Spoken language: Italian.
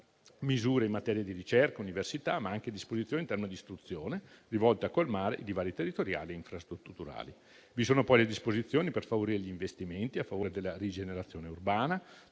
misure in materia di ricerca e università, ma anche disposizioni in tema di istruzione rivolte a colmare i divari territoriali e infrastrutturali. Vi sono poi le disposizioni per favorire gli investimenti per la rigenerazione urbana